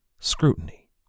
scrutiny